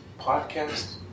podcast